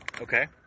Okay